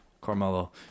Carmelo